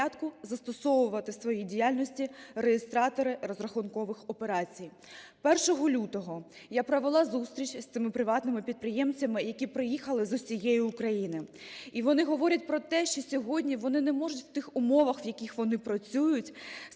порядку застосовувати у своїй діяльності реєстратори розрахункових операцій. 1 лютого я провела зустріч з цими приватними підприємцями, які приїхали з усієї України. І вони говорять про те, що сьогодні вони не можуть у тих умовах, в яких вони працюють,